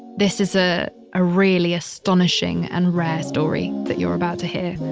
this is ah a really astonishing and rare story that you're about to hear.